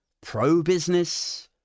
pro-business